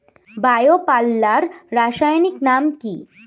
Bio পাল্লার রাসায়নিক নাম কি?